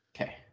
Okay